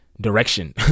direction